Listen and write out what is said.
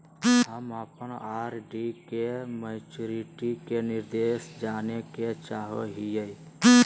हम अप्पन आर.डी के मैचुरीटी के निर्देश जाने के चाहो हिअइ